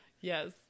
Yes